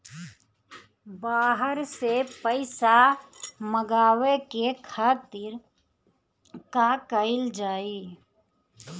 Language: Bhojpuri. बाहर से पइसा मंगावे के खातिर का कइल जाइ?